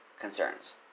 concerns